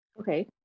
okay